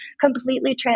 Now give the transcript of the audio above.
completely